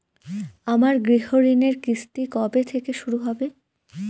আমার গৃহঋণের কিস্তি কবে থেকে শুরু হবে?